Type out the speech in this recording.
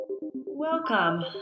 Welcome